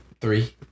Three